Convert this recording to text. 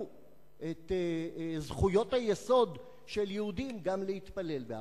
את זכויות היסוד של יהודים גם להתפלל בהר-הבית?